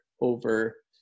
over